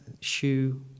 shoe